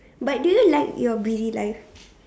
but do you like your busy life